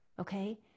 okay